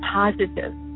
positive